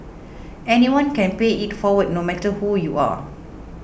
anyone can pay it forward no matter who you are